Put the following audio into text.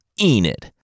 Enid